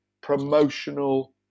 promotional